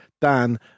Dan